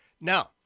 Now